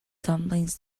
dumplings